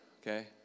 okay